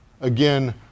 Again